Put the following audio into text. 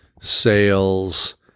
sales